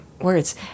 words